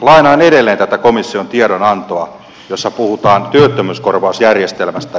lainaan edelleen tätä komission tiedonantoa jossa puhutaan työttömyyskorvausjärjestelmästä